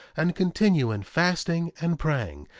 and continue in fasting and praying,